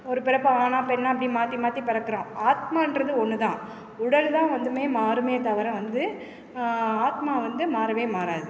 ஒரு பிறப்பு ஆணாக பெண்ணாக இப்படி மாற்றி மாற்றி பிறக்குறோம் ஆத்மான்றது ஒன்று தான் உடல் தான் வந்துமே மாறுமே தவிர வந்து ஆத்மா வந்து மாறவே மாறாது